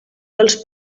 dels